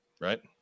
Right